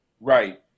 Right